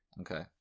Okay